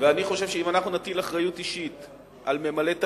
ואני חושב שאם אנחנו נטיל אחריות אישית על ממלאי תפקידים,